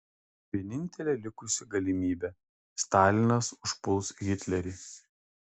vienintelė likusi galimybė stalinas užpuls hitlerį